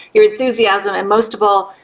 your enthusiasm and most of all,